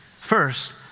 First